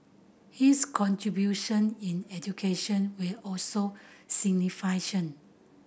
his contribution in education were also